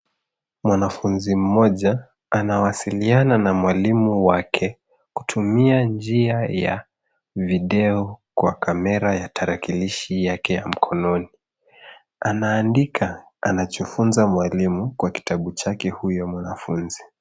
Mwanafunzi mmoja anawasiliana na mwalimu wake, kutumia njia ya video kwa kamera ya tarakilishi yake ya mkononi. Anaandika anachofunza mwalimu kwa kitabu chake huyo mwanafunzi.